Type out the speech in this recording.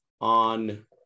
on